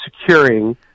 securing